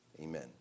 Amen